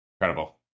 Incredible